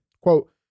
quote